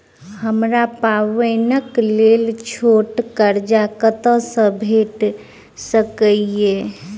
हमरा पाबैनक लेल छोट कर्ज कतऽ सँ भेटि सकैये?